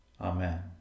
Amen